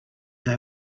they